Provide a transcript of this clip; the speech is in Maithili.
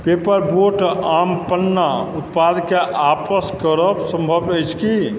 पेपरबोट आम पन्ना उत्पादकेँ आपस करब संभव अछि की